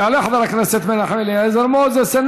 יעלה חבר הכנסת מנחם אליעזר מוזס,